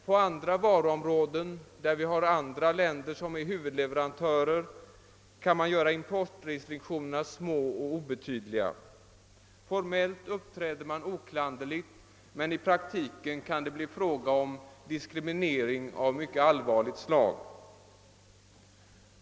På andra varuomräden, där andra länder är huvudleverantörer, kan man göra importrestriktionerna små och obetydliga. Formellt uppträder man oklanderligt, men i praktiken kan det bli fråga om diskriminering av mycket allvarligt slag.